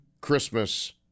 Christmas